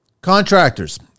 Contractors